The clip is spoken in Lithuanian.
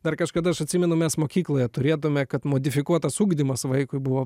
dar kažkada aš atsimenu mes mokykloje turėtumėme kad modifikuotas ugdymas vaikui buvo